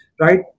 right